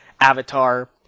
avatar